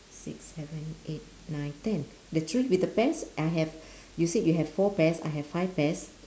six seven eight nine ten the tree with the pears I have you said you have four pears I have five pears